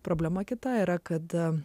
problema kita era kada